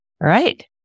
right